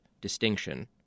distinction